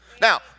Now